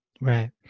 Right